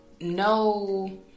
no